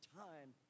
time